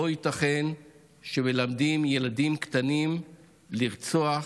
לא ייתכן שמלמדים ילדים קטנים רצח,